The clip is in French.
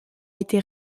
été